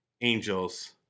angels